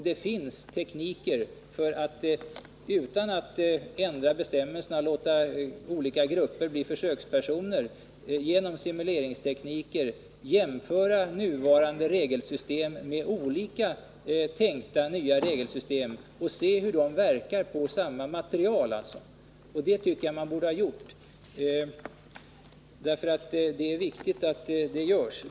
Det finns tekniker genom vilka man kan jämföra existerande regelsystem med olika tänkta nya system för att utröna vilken inverkan sådana system har på de grupper som söker till högskolan. Det borde man ha gjort, för det är viktigt.